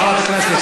חברת הכנסת.